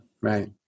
Right